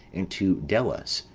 and to delus,